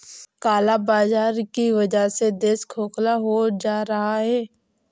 काला बाजार की वजह से देश खोखला होता जा रहा है